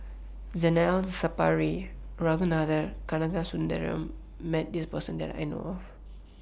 Zainal Sapari and Ragunathar Kanagasuntheram has Met This Person that I know of